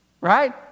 Right